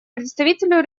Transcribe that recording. представителю